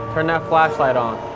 turn that flashlight on.